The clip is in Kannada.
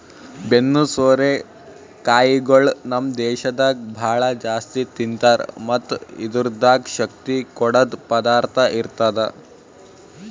ಬೆನ್ನು ಸೋರೆ ಕಾಯಿಗೊಳ್ ನಮ್ ದೇಶದಾಗ್ ಭಾಳ ಜಾಸ್ತಿ ತಿಂತಾರ್ ಮತ್ತ್ ಇದುರ್ದಾಗ್ ಶಕ್ತಿ ಕೊಡದ್ ಪದಾರ್ಥ ಇರ್ತದ